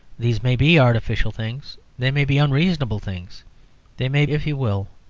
these may be artificial things they may be unreasonable things they may, if you will,